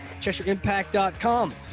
cheshireimpact.com